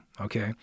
Okay